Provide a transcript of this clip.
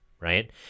right